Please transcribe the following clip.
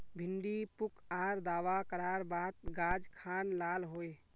भिन्डी पुक आर दावा करार बात गाज खान लाल होए?